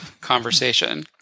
conversation